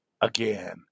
again